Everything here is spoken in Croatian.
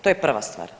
To je prva stvar.